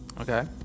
Okay